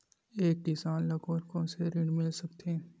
एक किसान ल कोन कोन से ऋण मिल सकथे?